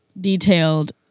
detailed